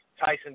Tyson